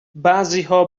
بعضیها